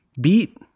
beat